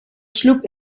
sloep